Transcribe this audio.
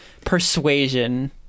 persuasion